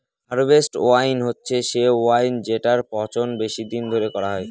harvest wine হচ্ছে সে wine যেটার পচন বেশি দিন ধরে করা হয়